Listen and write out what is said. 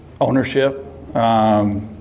ownership